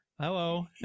Hello